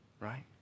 Right